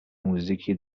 موزیکی